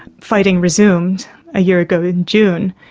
fighting resumed a year ago in june.